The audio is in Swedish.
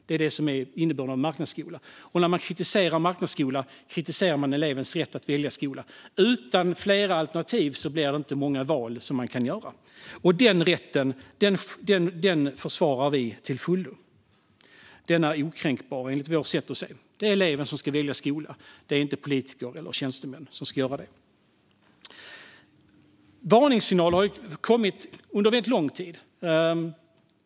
Det är detta som är innebörden av marknadsskola. När man kritiserar marknadsskolan kritiserar man elevens rätt att välja skola. Utan flera alternativ går det inte att göra så många val. Denna rätt försvarar vi till fullo. Den är okränkbar, enligt vårt sätt att se det. Det är eleven som ska välja skola, inte politiker eller tjänstemän. Varningssignaler har kommit under rätt lång tid.